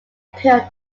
period